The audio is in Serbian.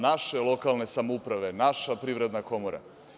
Naše lokalne samouprave, naša privredna komora?